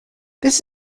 this